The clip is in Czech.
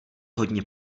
hodně